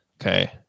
Okay